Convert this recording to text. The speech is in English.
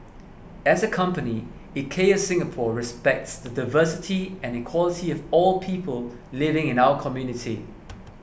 as a company IKEA Singapore respects the diversity and equality of all people living in our community